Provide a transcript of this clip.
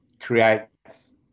creates